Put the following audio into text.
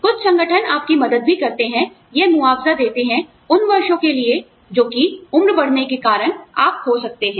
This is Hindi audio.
कुछ संगठन आपकी मदद भी करते हैं यह मुआवजा देते हैं उन वर्षों के लिए जो कि उम्र बढ़ने के कारण आप खो सकते हैं